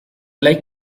like